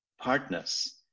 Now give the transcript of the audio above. partners